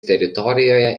teritorijoje